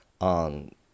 on